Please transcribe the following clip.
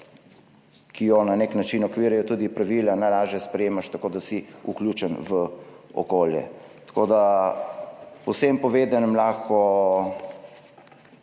ki jo na nek način uokvirjajo tudi pravila, najlažje sprejemaš tako, da si vključen v okolje. Po vsem povedanem lahko